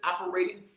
operating